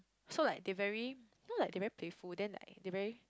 so like they very not like they very playful then like they very